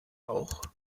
auch